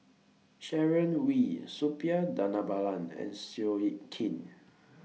Sharon Wee Suppiah Dhanabalan and Seow Yit Kin